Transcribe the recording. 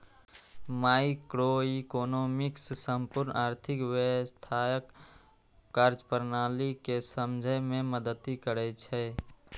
microeconomics संपूर्ण आर्थिक व्यवस्थाक कार्यप्रणाली कें समझै मे मदति करै छै